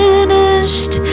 Finished